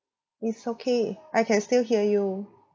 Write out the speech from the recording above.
it's okay I can still hear you